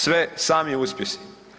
Sve sami uspjesi.